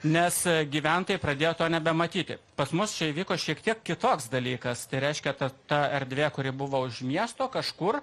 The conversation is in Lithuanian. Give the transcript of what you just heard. nes gyventojai pradėjo nebematyti pas mus čia įvyko šiek tiek kitoks dalykas tai reiškia ta ta erdvė kuri buvo už miesto kažkur